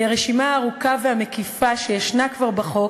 כי הרשימה הארוכה והמקיפה שישנה כבר בחוק